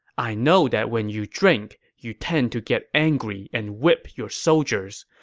i know that when you drink, you tend to get angry and whip your soldiers,